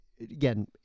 again